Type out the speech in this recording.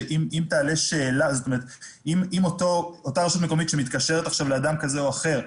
שאם אותה רשות מקומית שמתקשרת לאדם כזה או אחר,